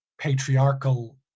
patriarchal